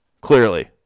clearly